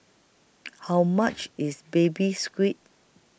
How much IS Baby Squid